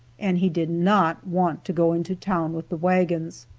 and he did not want to go into town with the wagons.